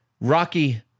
Rocky